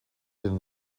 den